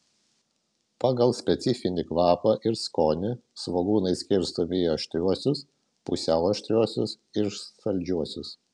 pagal specifinį kvapą ir skonį svogūnai skirstomi į aštriuosius pusiau aštriuosius ir saldžiuosius